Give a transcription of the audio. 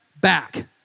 back